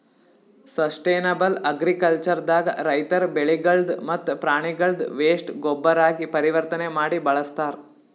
sustainable agriculture ದಾಗ ರೈತರ್ ಬೆಳಿಗಳ್ದ್ ಮತ್ತ್ ಪ್ರಾಣಿಗಳ್ದ್ ವೇಸ್ಟ್ ಗೊಬ್ಬರಾಗಿ ಪರಿವರ್ತನೆ ಮಾಡಿ ಬಳಸ್ತಾರ್